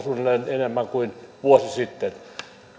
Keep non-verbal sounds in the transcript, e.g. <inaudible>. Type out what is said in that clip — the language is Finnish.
<unintelligible> suunnilleen viidentuhannenviidensadan enemmän kuin vuosi sitten